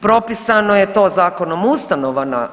Propisano je to Zakonom o ustanovama.